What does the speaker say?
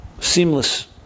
Seamless